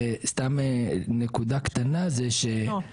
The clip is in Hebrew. יש תחנות